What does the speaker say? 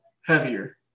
heavier